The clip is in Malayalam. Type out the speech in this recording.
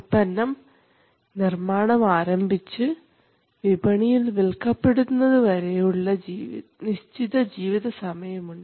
ഉൽപ്പന്നം നിർമ്മാണം ആരംഭിച്ചു വിപണിയിൽ വിൽക്കപ്പെടുന്നത് വരെയുള്ള നിശ്ചിത ജീവിത സമയമുണ്ട്